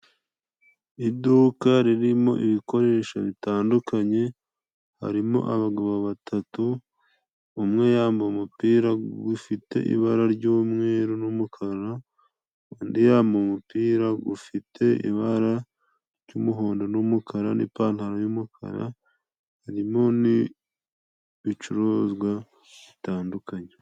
Iduka riri mo ibikoresho bitandukanye, hari mo abagabo batatu, umwe yambaye umupira gufite ibara ry'mweru numukara, undi yambaye umumupira gufite ibara ry'umuhondo n'umukara n'ipantaro y'umukara, hari mo n'ibicuruzwa bitandukanye.